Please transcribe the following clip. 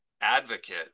advocate